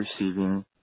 receiving